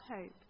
hope